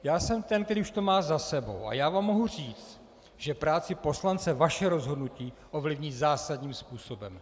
Já jsem ten, který už to má za sebou, a mohu vám říct, že práci poslance vaše rozhodnutí ovlivní zásadním způsobem.